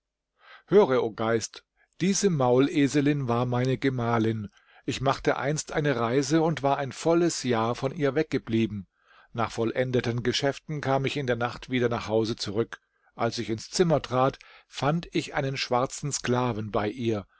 höre o geist diese mauleselin war meine gemahlin ich machte einst eine reise und war ein volles jahr von ihr weggeblieben nach vollendeten geschäften kam ich in der nacht wieder nach hause zurück als ich ins zimmer trat fand ich einen schwarzen sklaven bei ihr